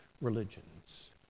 religions